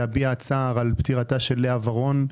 להביע צער על פטירתה של לאה ורון,